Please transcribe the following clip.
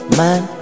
man